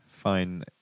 Fine